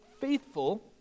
faithful